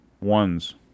ones